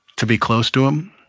to be close to him,